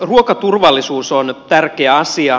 ruokaturvallisuus on tärkeä asia